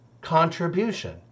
contribution